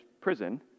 prison